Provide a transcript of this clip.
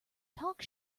talk